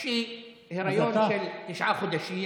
כי היריון של תשעה חודשים,